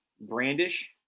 brandish